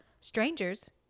strangers